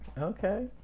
okay